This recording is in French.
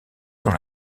dans